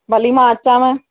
भली मां अचांव